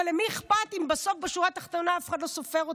אבל למי אכפת אם בסוף בשורה התחתונה אף אחד לא סופר אתכן,